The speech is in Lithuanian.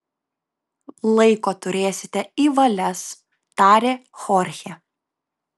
laiko turėsite į valias tarė chorchė